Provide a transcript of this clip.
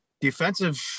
defensive